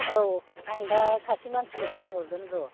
औ आं दा सासे मानसिखौ थिनहरगोन र'